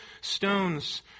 stones